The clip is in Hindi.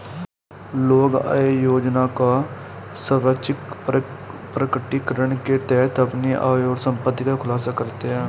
लोग आय योजना का स्वैच्छिक प्रकटीकरण के तहत अपनी आय और संपत्ति का खुलासा करते है